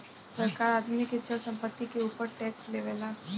सरकार आदमी के चल संपत्ति के ऊपर टैक्स लेवेला